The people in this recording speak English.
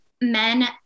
men